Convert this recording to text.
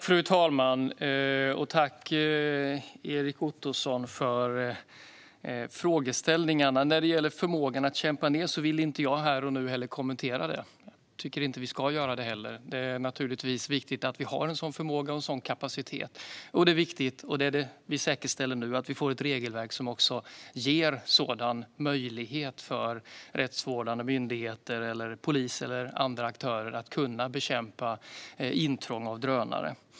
Fru talman! Tack, Erik Ottoson, för frågeställningarna! När det gäller förmågan att kämpa ned vill jag inte kommentera den här och nu. Jag tycker inte att vi ska göra det, men det är naturligtvis viktigt att vi har en sådan förmåga och kapacitet. Och det är viktigt, som vi nu säkerställer, att vi får ett regelverk som ger rättsvårdande myndigheter, polisen och andra aktörer möjlighet att bekämpa intrång av drönare.